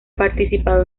participado